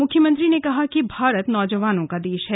मुख्यमंत्री ने कहा कि भारत नौजवानों का देश है